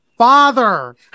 father